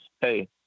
hey